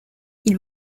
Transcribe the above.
ils